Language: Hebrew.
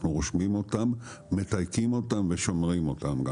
אנחנו רושמים אותם, מתייקים אותם ושומרים אותם.